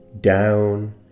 down